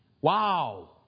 Wow